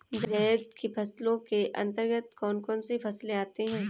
जायद की फसलों के अंतर्गत कौन कौन सी फसलें आती हैं?